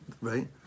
right